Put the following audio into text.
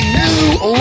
new